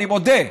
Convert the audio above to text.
אני מודה,